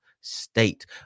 State